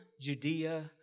Judea